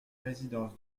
résidence